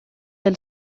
del